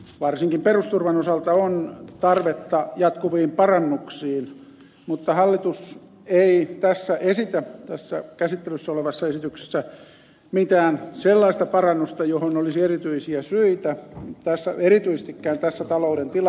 varsinkin perusturvan osalta on tarvetta jatkuviin parannuksiin mutta hallitus ei tässä käsittelyssä olevassa esityksessä esitä mitään sellaista parannusta johon olisi erityisiä syitä erityisestikään tässä talouden tilanteessa